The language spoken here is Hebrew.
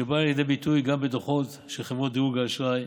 שבאה לידי ביטוי גם בדוחות של חברות דירוג האשראי.